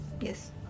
Yes